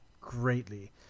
greatly